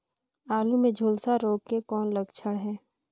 आलू मे झुलसा रोग के कौन लक्षण हे?